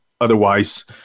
otherwise